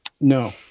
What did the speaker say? No